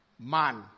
man